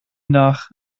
nach